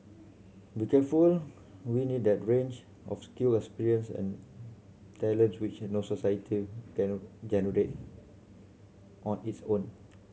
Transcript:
be careful we'll need that range of skill and experience and talents which no society generate on its own